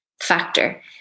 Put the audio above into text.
factor